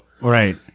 right